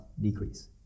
decrease